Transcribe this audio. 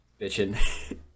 Bitching